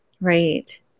Right